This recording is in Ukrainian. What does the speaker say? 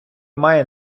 має